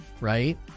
right